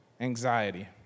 anxiety